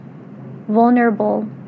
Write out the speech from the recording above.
Vulnerable